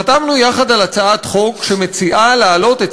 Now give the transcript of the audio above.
חתמנו יחד על הצעת חוק שמציעה להעלות את